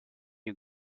you